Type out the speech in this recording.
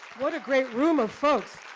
what a great room of folks?